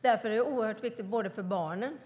Därför är det oerhört viktigt för barnen,